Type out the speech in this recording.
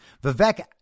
Vivek